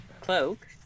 cloak